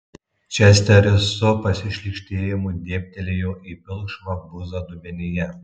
česteris su pasišlykštėjimu dėbtelėjo į pilkšvą buzą dubenyje